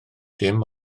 dim